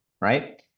right